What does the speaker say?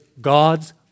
God's